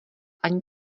ani